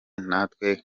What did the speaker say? natwe